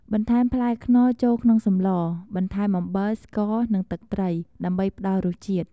បន្ថែមផ្លែខ្នុរចូលក្នុងសម្ល បន្ថែមអំបិល ស្ករ និងទឹកត្រី ដើម្បីផ្តល់រសជាតិ។